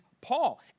Paul